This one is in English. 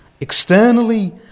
externally